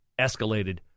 escalated